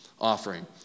Offering